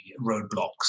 roadblocks